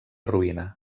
ruïna